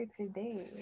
today